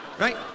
Right